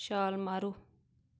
ਛਾਲ ਮਾਰੋ